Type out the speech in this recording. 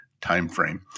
timeframe